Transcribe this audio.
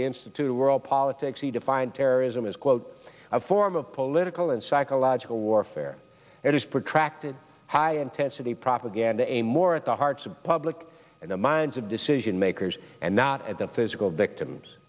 institute of world politics he defined terrorism as quote a form of political and psychological warfare it is protected high intensity propaganda a more at the hearts of the public in the minds of decision makers and not at the physical victims